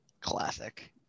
Classic